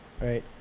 Right